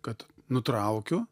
kad nutraukiu